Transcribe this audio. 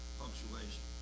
punctuation